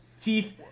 Chief